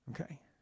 Okay